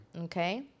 Okay